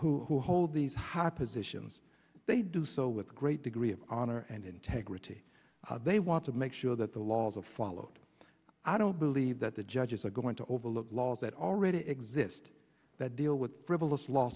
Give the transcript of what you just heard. judges who hold these high positions they do so with great degree of honor and integrity they want to make sure that the laws of followed i don't believe that the judges are going to overlook laws that already exist that deal with frivolous law